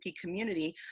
community